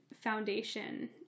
foundation